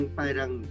parang